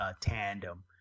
tandem